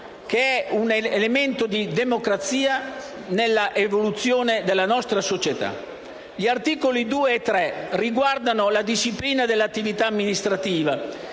che è un elemento di democrazia nell'evoluzione della nostra società. Gli articoli 2 e 3 riguardano la disciplina dell'attività amministrativa,